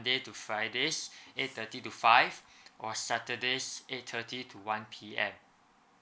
to fridays eight thirty to five or saturdays eight thirty to one P_M